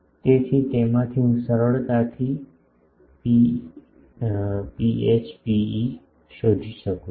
તેથી તેમાંથી હું સરળતાથી ρn ρe શોધી શકું છું